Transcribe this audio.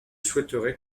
souhaiterais